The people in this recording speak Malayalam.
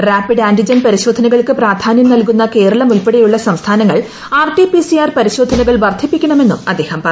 റാപ്പിഡ് ആന്റിജൻ പരിശോധനകൾക്ക് പ്രാധാന്യൂ നൽകുന്ന കേരളം ഉൾപ്പെടെയുള്ള സംസ്ഥാനങ്ങൾ ആർപ്പിട്ടിട്ട് പി സി ആർ പരിശോധനകൾ വർദ്ധിപ്പിക്കണമെന്നും അ്ദ്ദേഹം പറഞ്ഞു